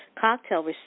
cocktail